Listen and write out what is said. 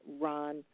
Ron